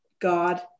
God